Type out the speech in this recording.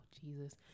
jesus